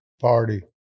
party